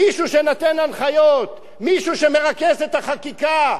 מישהו שנותן הנחיות, מישהו שמרכז את החקיקה.